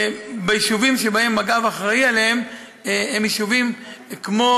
היישובים שמג"ב אחראי להם הם יישובים כמו